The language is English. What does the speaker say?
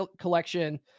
collection